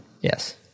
Yes